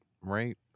right